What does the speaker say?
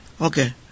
okay